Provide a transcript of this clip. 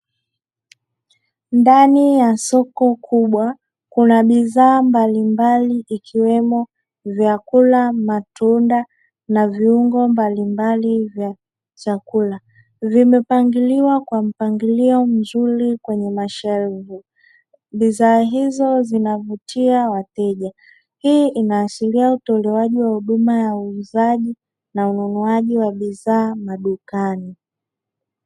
Ndani ya soko kubwa kuna bidhaa mbalimbali ikiwemo: vyakula, matunda, viuongo mbalimbali vya chakula. Vimepangiliwa kwa mpangilio mzuri kwenye mashelfu. Bidhaa hizo zinavutia wateja; hii inaashiria utolewaji wa huduma ya uuzaji na ununuaji wa bidhaa madukani.